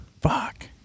Fuck